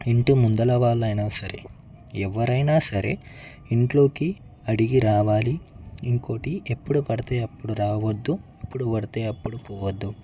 ఇంటి ముందర వాళ్ళు అయినా సరే ఎవరైనా సరే ఇంట్లోకి అడిగి రావాలి ఇంకోటి ఎప్పుడుపడితే అప్పుడు రావద్దు ఎప్పుడుపడితే అప్పుడు పోవద్దు